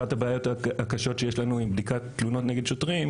אחת הבעיות הקשות שיש לנו עם בדיקת תלונות נגד שוטרים,